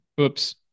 Oops